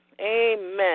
amen